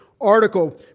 article